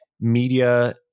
media